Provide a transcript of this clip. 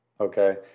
Okay